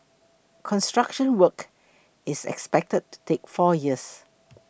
construction work is expected to take four years